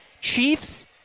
Chiefs